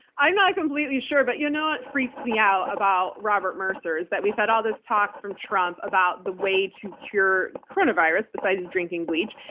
i'm not completely sure, but you know what freaks me out about robert mercer is, we've had all this talk from trump about the way to cure coronavirus, besides drinking bleach,